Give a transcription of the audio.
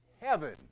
heaven